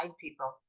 people